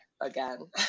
again